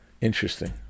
Interesting